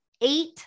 eight